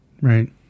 Right